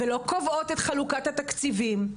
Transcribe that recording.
ולא קובעות את חלוקת התקציבים.